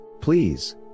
Please